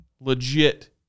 legit